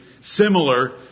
similar